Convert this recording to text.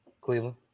Cleveland